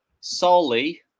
Solely